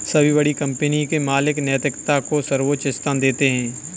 सभी बड़ी कंपनी के मालिक नैतिकता को सर्वोच्च स्थान देते हैं